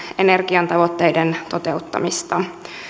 energian tavoitteiden toteuttamista